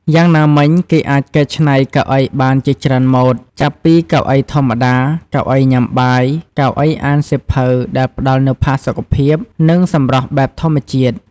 យ៉ាងណាមិញ គេអាចកែឆ្នៃកៅអីបានជាច្រើនម៉ូដ ចាប់ពីកៅអីធម្មតា កៅអីញ៉ាំបាយ កៅអីអានសៀវភៅដែលផ្តល់នូវផាសុកភាព និងសម្រស់បែបធម្មជាតិ។